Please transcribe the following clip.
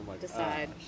decide